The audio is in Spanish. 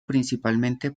principalmente